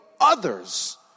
others